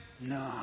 No